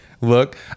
look